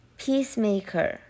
peacemaker